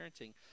parenting